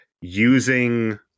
using